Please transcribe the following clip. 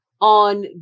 on